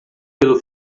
pelo